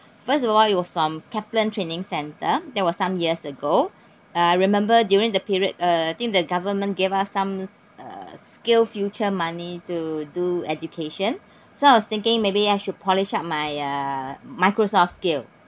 first of all it was some Kaplan training centre that was some years ago uh I remember during the period uh think the government gave us uh some skill future money to do education so I was thinking maybe I should polish up my uh Microsoft skill